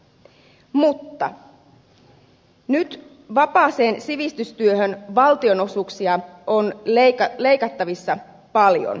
mutta nyt vapaan sivistystyön valtionosuuksia on leikattavissa paljon